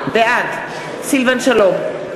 בעד סילבן שלום,